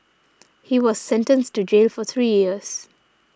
he was sentenced to jail for three years